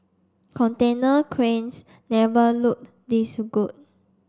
container cranes never looked this good